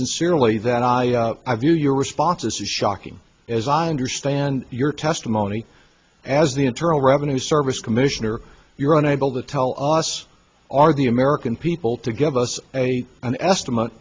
sincerely that i i view your response as shocking as i understand your testimony as the internal revenue service commissioner you're unable to tell us are the american people to give us a an estimate